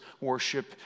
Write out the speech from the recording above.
worship